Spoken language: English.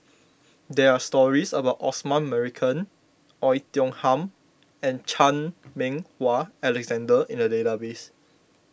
there are stories about Osman Merican Oei Tiong Ham and Chan Meng Wah Alexander in the database